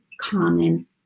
common